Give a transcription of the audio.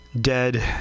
dead